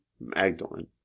Magdalene